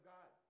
God